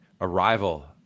arrival